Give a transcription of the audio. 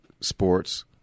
sports